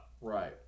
Right